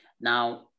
Now